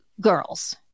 girls